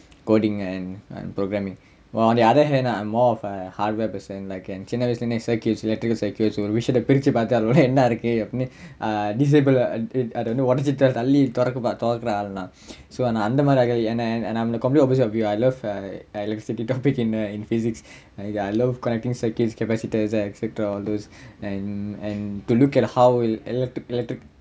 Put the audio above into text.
coding and programming while on the other hand I'm more of the hardware person like என் சின்ன வயசுல இருந்தே:en chinna vayasula irunthae circuits electrical circuits வச்சு ஒரு விஷயத்த பிரிச்சு பாத்து அது உள்ள என்ன இருக்கு அப்படின்னு:vachu oru vishayatha pirichu paathu athu ulla enna irukku appadinnu err disable அத வந்து ஒடச்சு தள்ளி தொறக்க பாத்து தொறக்குற ஆள் நா:atha vanthu odachu thalli thorakka paathu thorakkura aal naa and I'm the complete opposite of you I love the electricity topic in physics I love connecting circuits capacitors and all those and and to look at how electric electric